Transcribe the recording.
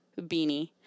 beanie